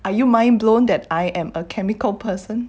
are you mind blown that I am a chemical person